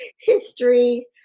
history